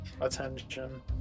attention